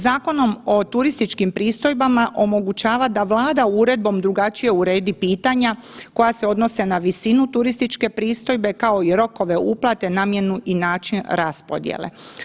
Zakonom o turističkim pristojbama omogućava da Vlada uredbom drugačije uredi pitanja koja se odnose na visinu turističke pristojbe kao i rokove uplate, namjenu i način raspodjele.